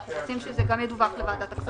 אנחנו רוצים שגם ידווח בוועדת הכספים.